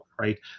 right